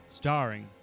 starring